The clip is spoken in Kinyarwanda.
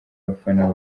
abafana